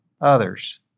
others